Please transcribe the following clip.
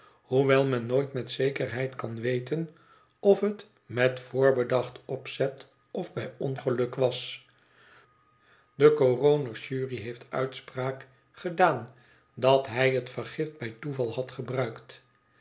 hoewel men nooit met zekerheid kan weten of het met voorbedacht opzet of bij ongeluk was de coroner's jury heeft uitspraak gedaan dat hij het vergift bij toeval had gebruikt